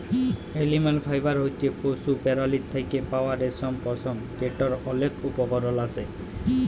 animal fibre হছে পশু পেরালীর থ্যাকে পাউয়া রেশম, পশম যেটর অলেক উপকরল আসে